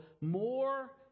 more